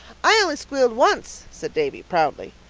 i only squealed once, said davy proudly.